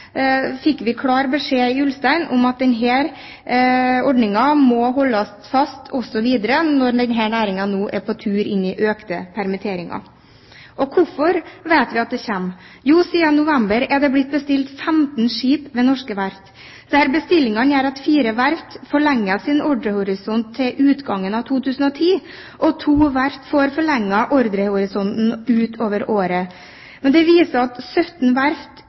fikk vi i Ulstein, som det ble sagt her, klar beskjed om at man må holde fast på denne ordningen videre, når denne næringen nå er på tur inn i økte permitteringer. Hvorfor vet vi at det kommer? Jo, siden november er det blitt bestilt 15 skip ved norske verft. Disse bestillingene gjør at fire verft forlenger sin ordrehorisont til utgangen av 2010, og to verft får forlenget ordrehorisonten utover året. Det viser at 17 verft,